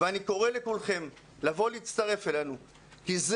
אני קורא לכולכם לבוא ולהצטרף אלינו כי יש